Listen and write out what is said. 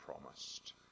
promised